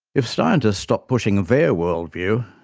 if scientists stopped pushing their worldview,